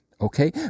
okay